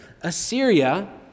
Assyria